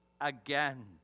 again